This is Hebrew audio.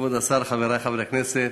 כבוד השר, חברי חברי הכנסת,